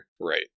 Right